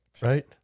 right